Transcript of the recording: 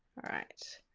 alright.